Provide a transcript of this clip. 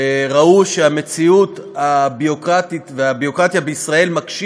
שראו שהמציאות הביורוקרטית והביורוקרטיה בישראל מקשות